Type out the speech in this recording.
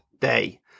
day